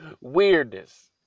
weirdness